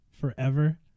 forever